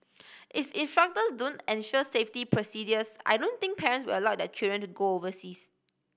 if don't ensure safety procedures I don't think parents will allow their children to go overseas